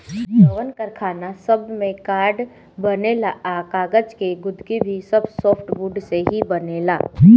जवन कारखाना सब में कार्ड बनेला आ कागज़ के गुदगी भी सब सॉफ्टवुड से ही बनेला